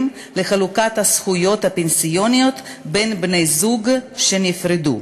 לחלוקת הזכויות הפנסיוניות בין בני-זוג שנפרדו.